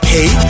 Hey